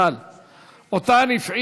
ואז להמשיך להמר,